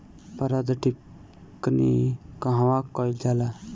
पारद टिक्णी कहवा कयील जाला?